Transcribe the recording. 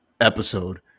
episode